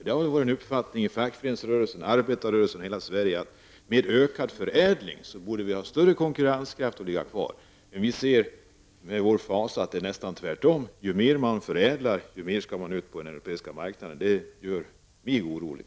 Med en ökad förädlingsgrad blir konkurrenskraften större och företagen stannar kvar, det har varit fackföreningsrörelsens och arbetarrörelsens uppfattning i hela Sverige. Nu ser vi till vår fasa att det nästan är tvärtom. Ju mer man förädlar, desto mer skall man ut på den europeiska marknaden. Det gör mig orolig.